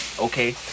okay